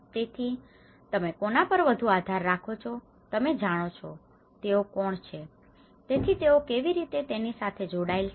તેથી તેમે કોના પર વધુ આધાર રાખ છો તમે જાણો છો તેઓ કોણ છે તેથી તેઓ કેવી રીતે તેની સાથે જોડાયેલ છે